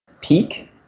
Peak